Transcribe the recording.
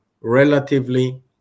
relatively